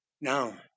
Now